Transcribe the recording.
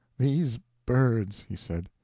these birds, he said,